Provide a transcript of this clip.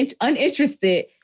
uninterested